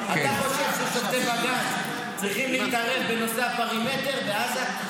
אתה חושב ששופטי בג"ץ צריכים להתערב בנושא הפרימטר בעזה?